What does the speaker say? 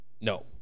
No